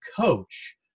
coach